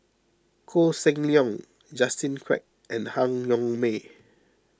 Koh Seng Leong Justin Quek and Han Yong May